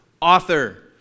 author